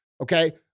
Okay